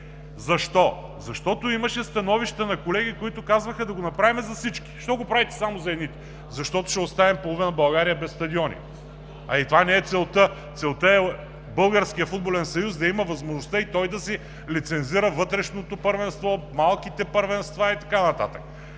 Защо? Защото имаше становища на колеги, които казваха: „Да го направим за всички. Защо го правите само за едните?“ Защото ще оставим половин България без стадиони, а и това не е целта. Целта е Българският футболен съюз да има възможността и той да си лицензира вътрешното първенство, малките първенства и така нататък,